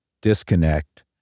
disconnect